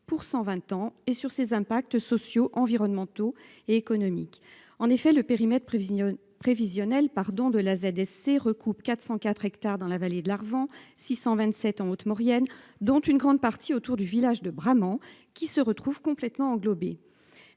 pour 120 ans et sur ses impacts sociaux, environnementaux et économiques en effet le périmètre prévisions prévisionnel pardon de la AZ. Recoupe 404 hectares dans la vallée de l'Arve en 627 en Haute-Maurienne dont une grande partie autour du village de vraiment qui se retrouvent complètement englobé.